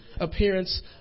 appearance